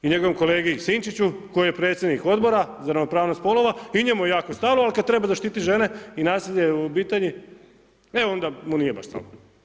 I njegovom kolegi Sinčiću koji je predsjednik Odbora za ravnopravnog spolova i njemu je jako stalo, ali kad treba zaštititi žene i nasilje u obitelji, e onda mu nije baš stalo.